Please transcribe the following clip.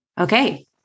Okay